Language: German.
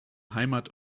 heimat